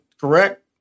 correct